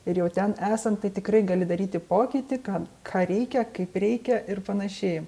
ir jau ten esant tai tikrai gali daryti pokytį kam ką reikia kaip reikia ir panašiai